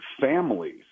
families